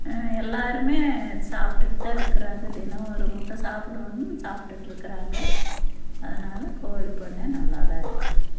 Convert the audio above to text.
எல்லாேருமே சாப்பிட்டுட்டு தான் இருக்கிறாங்க தினமும் ஒரு முட்டை சாப்பிடணும் சாப்பிட்டுட்ருக்கறாங்க அதனால் கோழிப் பண்ணை நல்லா தான் இருக்குது